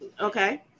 Okay